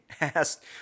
asked